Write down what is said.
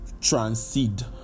transcend